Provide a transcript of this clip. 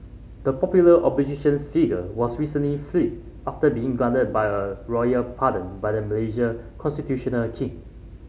the popular oppositions figure was recently freed after being granted by a royal pardon by the Malaysia constitutional king